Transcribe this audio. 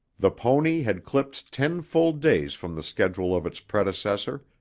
the pony had clipped ten full days from the schedule of its predecessor,